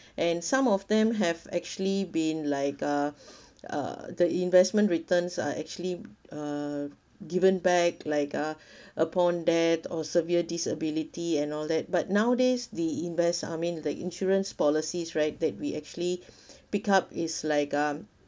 and some of them have actually been like a uh the investment returns are actually uh given back like uh upon death or severe disability and all that but nowadays the invest I mean the insurance policies right that we actually pick up is like um